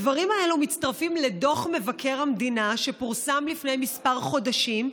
הדברים האלה מצטרפים לדוח מבקר המדינה שפורסם לפני כמה חודשים,